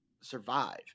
survive